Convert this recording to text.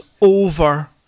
over